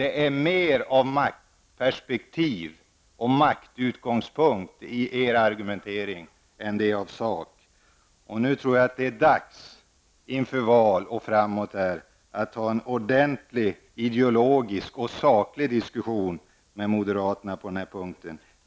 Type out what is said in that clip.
Det är mer av så att säga maktperspektiv och maktutgångspunkter i er argumentation än av sakargument. Jag tror att det nu är dags, inför kommande val och med tanke på framtiden, att ha en ordentlig ideologisk och saklig diskussion med moderaterna på den här punkten.